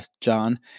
John